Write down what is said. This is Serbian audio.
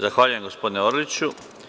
Zahvaljujem gospodine Orliću.